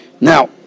Now